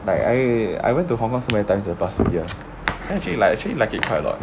like I I went to hong kong so many times in the past so ya I kind of actually like actually like it quite a lot